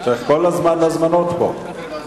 צריך כל הזמן הזמנות פה.